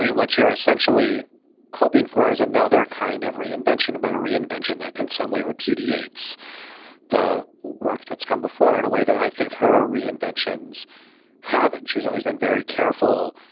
what you're essentially hoping for as another kind. of reinvention, but a reinvention that in some way repudiates the work that's come before in a way that i think her reinventions haven't. she's always been very careful,